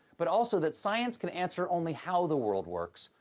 but also that science can answer only how the world works,